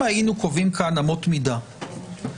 אם היינו קובעים כאן אמות מידה שהאינטרס